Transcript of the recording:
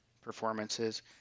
performances